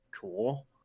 Cool